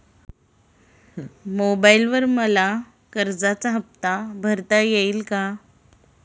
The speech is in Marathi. मोबाइलवर मला कर्जाचा हफ्ता भरता येईल का?